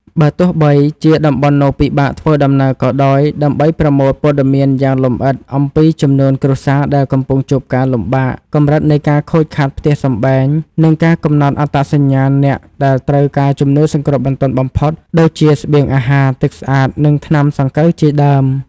បើទោះបីជាតំបន់នោះពិបាកធ្វើដំណើរក៏ដោយ ដើម្បីប្រមូលព័ត៌មានយ៉ាងលម្អិតអំពីចំនួនគ្រួសារដែលកំពុងជួបការលំបាក កម្រិតនៃការខូចខាតផ្ទះសម្បែង និងការកំណត់អត្តសញ្ញាណអ្នកដែលត្រូវការជំនួយសង្គ្រោះបន្ទាន់បំផុត ដូចជាស្បៀងអាហារ ទឹកស្អាត និងថ្នាំសង្កូវជាដើម។